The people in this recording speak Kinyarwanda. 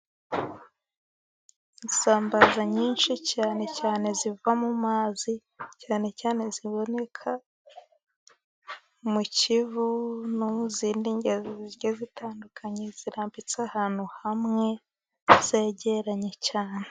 Isambaza nyinshi cyane ziva mu mazi cyane cyane ziboneka mu Kivu no mu zindi ngezi zitandukanye zirambitse ahantu hamwe zegeranye cyane.